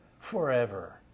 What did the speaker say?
forever